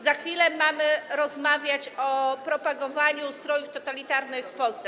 Za chwilę mamy rozmawiać o propagowaniu ustrojów totalitarnych w Polsce.